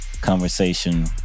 conversation